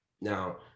Now